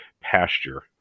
pasture